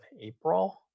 April